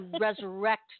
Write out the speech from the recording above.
resurrect